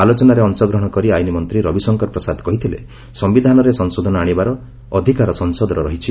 ଆଲୋଚନାରେ ଅଂଶଗ୍ରହଣ କରି ଆଇନ ମନ୍ତ୍ରୀ ରବିଶଙ୍କର ପ୍ରସାଦ କହିଥିଲେ ସମ୍ଭିଧାନରେ ସଂଶୋଧନ ଆଣିବାର ଅଧିକାର ସଂସଦର ରହିଛି